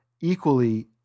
equally